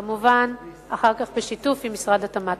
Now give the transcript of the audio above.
כמובן, אחר כך בשיתוף עם משרד התמ"ת.